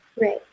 Right